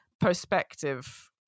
perspective